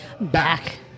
back